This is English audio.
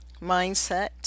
mindset